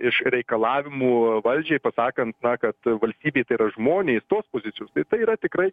iš reikalavimų valdžiai pasakant kad valstybė tai yra žmonės tos pozicijos tai yra tikrai